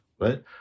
right